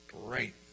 Great